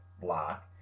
block